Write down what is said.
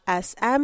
SM